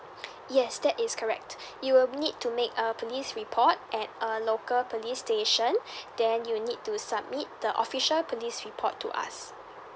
yes that is correct you will need to make a police report at a local police station then you will need to submit the official police report to us